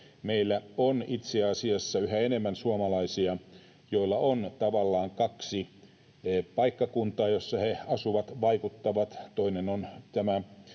meillä on itse asiassa yhä enemmän suomalaisia, joilla on tavallaan kaksi paikkakuntaa, joilla he asuvat, vaikuttavat.